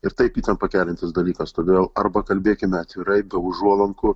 ir taip įtampą keliantis dalykas todėl arba kalbėkime atvirai be užuolankų